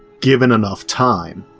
given enough time.